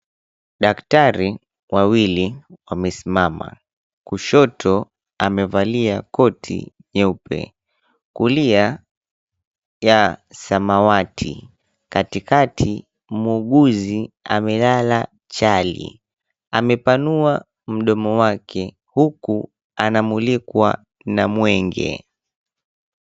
Daktari wawili wamemama, kushoto amevalia koti nyeupe, kulia, ya samawati, katikati muuguzi amelala chali. Amepanua mdomo wake, huku anamulikwa na mwenge.